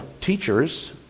teachers